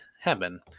heaven